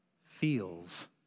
feels